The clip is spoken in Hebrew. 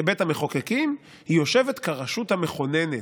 כבית המחוקקים, היא יושבת כרשות המכוננת,